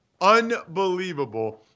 Unbelievable